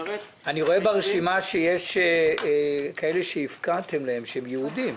אני רואה ברשימה שיש כאלה שהפקעתם להם שהם יהודים,